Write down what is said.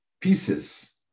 pieces